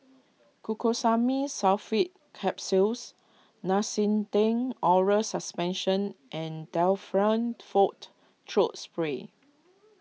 Glucosamine Sulfate Capsules Nystatin Oral Suspension and Difflam forte Throat Spray